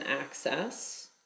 access